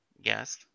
Yes